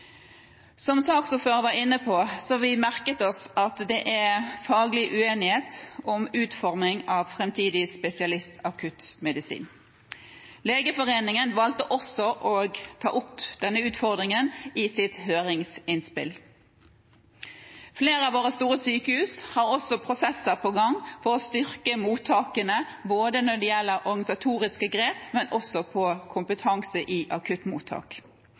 Som saksordføreren var inne på, har vi merket oss at det er faglig uenighet om utformingen av en framtidig spesialitet i akuttmedisin. Legeforeningen valgte også å ta opp denne utfordringen i sitt høringsinnspill. Flere av våre store sykehus har også prosesser på gang for å styrke mottakene både med organisatoriske grep og med kompetanse i akuttmottak.